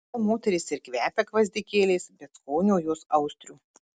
gal moterys ir kvepia gvazdikėliais bet skonio jos austrių